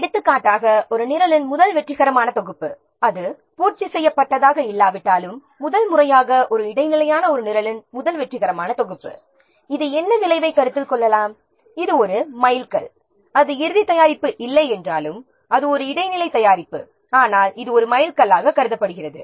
எடுத்துக்காட்டாக ஒரு நிரலின் முதல் வெற்றிகரமான தொகுப்பு அது பூர்த்தி செய்யப்பட்டதாக இல்லாவிட்டாலும் முதல் முறையாக ஒரு இடைநிலையான ஒரு நிரலின் முதல் வெற்றிகரமான தொகுப்பு இது என்ன விளைவைக் கருத்தில் கொள்ளலாம் இது ஒரு மைல்கல் அது இறுதி தயாரிப்பு இல்லையென்றாலும் அது ஒரு இடைநிலை தயாரிப்பு ஆனால் இது ஒரு மைல்கல்லாக கருதப்படுகிறது